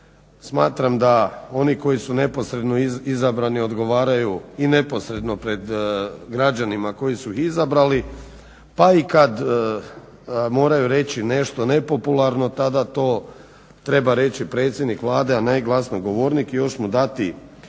smatram da oni koji su neposredno izabrani odgovaraju i neposredno pred građanima koji su ih izabrali pa i kad moraju reći nešto nepopularno. Tada to treba reći predsjednik Vlade, a ne glasnogovornik i još mu dati